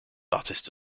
artist